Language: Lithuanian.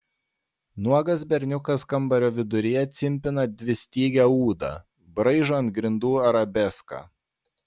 nuogas berniukas kambario viduryje cimpina dvistygę ūdą braižo ant grindų arabeską